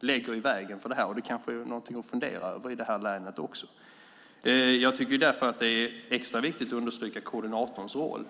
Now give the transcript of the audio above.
lägger i vägen för detta. Det kanske är något att fundera över i det här länet också. Jag tycker därför att det är extra viktigt att understryka koordinatorns roll.